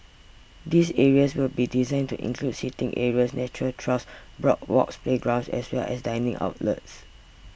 these areas will be designed to include seating areas nature trails boardwalks playgrounds as well as dining outlets